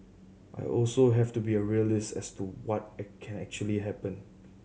I also have to be a realist as to what can actually happen